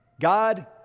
God